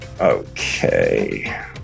Okay